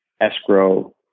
escrow